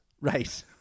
Right